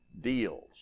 deals